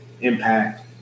Impact